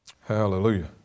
hallelujah